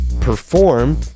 Perform